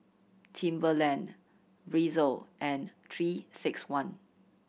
Timberland Breezer and Three Six One